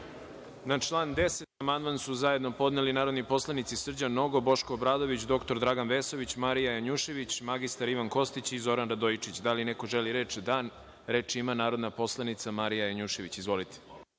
član 11. amandman su zajedno podneli narodni poslanici Srđan Nogo, Boško Obradović, dr Dragan Vesović, Marija Janjušević, magistar Ivan Kostić i Zoran Radojičić. Da li neko želi reč? (Da)Reč ima narodni poslanik Marija Janjušević. Izvolite.